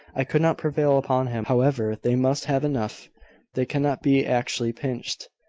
i could not prevail upon him. however, they must have enough they cannot be actually pinched.